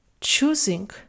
choosing